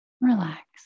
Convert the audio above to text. relax